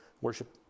Worship